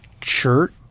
church